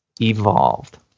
Evolved